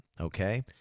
okay